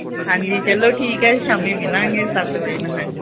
ਹਾਂਜੀ ਚਲੋ ਠੀਕ ਹੈ ਸ਼ਾਮੀ ਮਿਲਾਂਗੇ ਸੱਤ ਵਜੇ ਨੂੰ ਹਾਂਜੀ